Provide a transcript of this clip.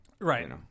Right